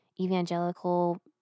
evangelical